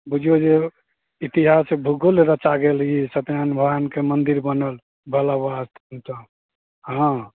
बुझिऔ जे इतिहास भूगोल रचा गेल ई सतनारायण भगवानके मन्दिर बनल भोला बाबाके कृपा हँ